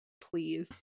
Please